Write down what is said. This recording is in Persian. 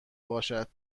باشد